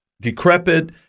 decrepit